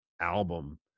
album